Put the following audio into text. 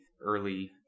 early